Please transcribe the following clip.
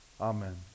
Amen